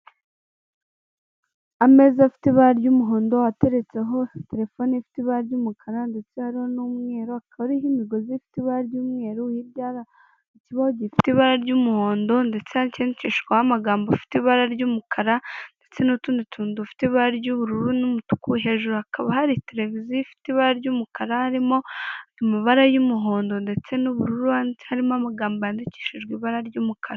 Ameza afite ibara ry'umuhondo ateretseho telefone ifite ibara ry'umukara ndetse hariho n'umweru, hakaba hariho imigozi ifite ibara ry'umweru ikibo gifite ibara ry'umuhondo ndetse cyandikishijweho amagambo afite ibara ry'umukara ndetse n'utundi tuntu dufite ibara ry'ubururu n'umutuku, hejuru hakaba hari televiziyo ifite ibara ry'umukara, harimo amabara y'umuhondo ndetse n'ubururu, harimo amagambo yandikishijwe ibara ry'umukara.